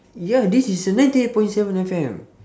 ya this is a ninety eight point seven F_M